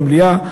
במליאה,